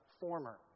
former